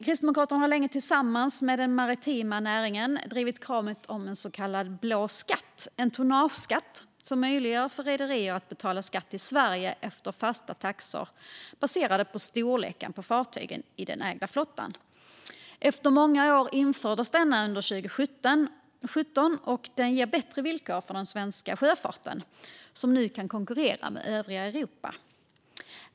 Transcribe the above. Kristdemokraterna har länge tillsammans med den maritima näringen drivit kravet på en så kallad blå skatt - en tonnageskatt som möjliggör för rederier att betala skatt i Sverige efter fasta taxor baserade på storleken på fartygen i den ägda flottan. Efter många år infördes denna skatt under 2017. Den ger bättre villkor för den svenska sjöfarten, som nu kan konkurrera med övriga Europa.